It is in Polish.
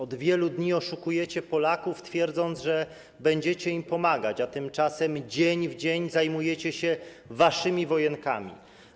Od wielu dni oszukujecie Polaków, twierdząc, że będziecie im pomagać, a tymczasem dzień w dzień zajmujecie się waszymi wojenkami.